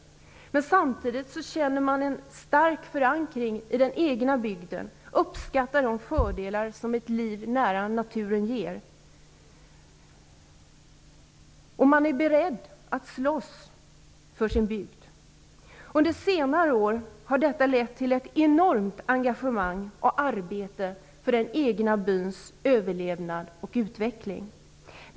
Men samtidigt känner man en stark förankring i den egna bygden och uppskattar de fördelar som ett liv nära naturen ger. Man är beredd att slåss för sin bygd. Under senare år har detta lett till ett enormt engagemang och arbete för den egna byns överlevnad och utveckling.